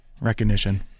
recognition